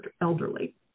elderly